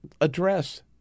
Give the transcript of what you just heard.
address